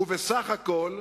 ובסך הכול,